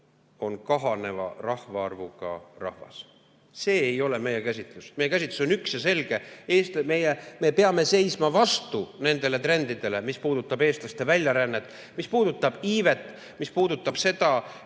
on kahaneva rahvaarvuga rahvas. See ei ole meie käsitlus. Meie käsitlus on üks ja selge: me peame seisma vastu nendele trendidele, mis puudutab eestlaste väljarännet, mis puudutab iivet ja mis puudutab seda,